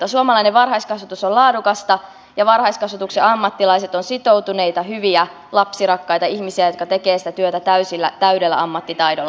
suomalainen varhaiskasvatus on laadukasta ja varhaiskasvatuksen ammattilaiset ovat sitoutuneita hyviä lapsirakkaita ihmisiä jotka tekevät sitä täysillä täydellä ammattitaidolla